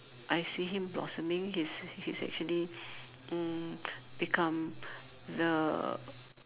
I see him blossoming he's he's actually mm become the